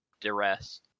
duress